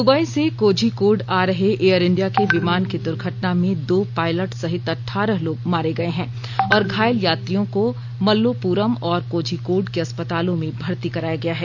Dubai से कोझिकोड आ रहे एयर इंडिया के विमान की दुर्घटना में दो पायलट सहित अठारह लोग मारे गए हैं और घायल यात्रियों को मल्लोपुरम और कोझिकोड के अस्पतालों में भर्ती कराया गया है